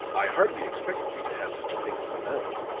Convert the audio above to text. i hardly expected you to have such a thing as a bell,